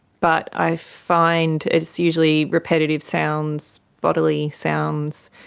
but i find it's usually repetitive sounds, bodily sounds,